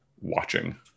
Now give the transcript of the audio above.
watching